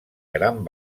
gran